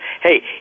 hey